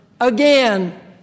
again